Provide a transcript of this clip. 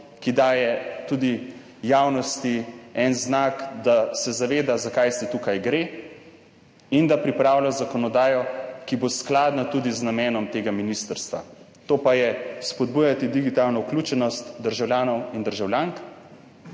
ki daje tudi javnosti en znak, da se zaveda, zakaj tukaj gre, in da pripravlja zakonodajo, ki bo skladna tudi z namenom tega ministrstva, to pa je spodbujati digitalno vključenost državljanov in državljank